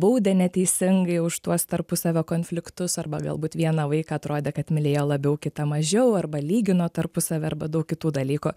baudė neteisingai už tuos tarpusavio konfliktus arba galbūt vieną vaiką atrodė kad mylėjo labiau kitą mažiau arba lygino tarpusavy arba daug kitų dalykų